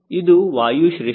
ಇದು ವಾಯು ಶ್ರೇಷ್ಠತೆ